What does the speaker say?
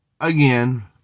Again